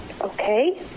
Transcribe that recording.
Okay